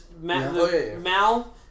Mal